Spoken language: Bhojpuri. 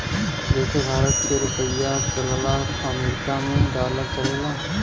जइसे भारत मे रुपिया चलला अमरीका मे डॉलर चलेला